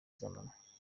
z’amanywa